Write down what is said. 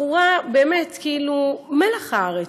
בחורה, באמת, כאילו, מלח הארץ,